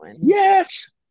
Yes